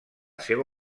seva